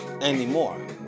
anymore